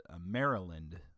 Maryland